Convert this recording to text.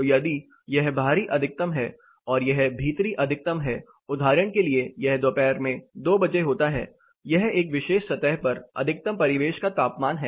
तो यदि यह बाहरी अधिकतम है और यह भीतरी अधिकतम है उदाहरण के लिए यह दोपहर में 2 बजे होता है यह एक विशेष सतह पर अधिकतम परिवेश का तापमान है